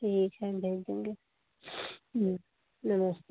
ठीक है भेज देंगे नमस्ते